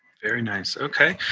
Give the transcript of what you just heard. very nice. ok,